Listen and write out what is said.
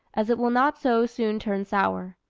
as it will not so soon turn sour.